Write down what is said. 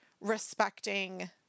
respecting